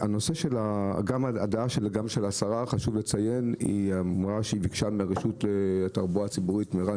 חשוב לומר גם שהשרה ביקשה מהרשות לתחבורה ציבורית ומרן